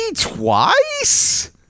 twice